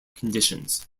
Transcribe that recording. conditions